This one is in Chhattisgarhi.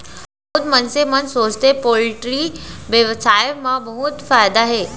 बहुत मनसे मन सोचथें पोल्टी बेवसाय म बहुत फायदा हे